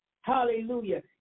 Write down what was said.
Hallelujah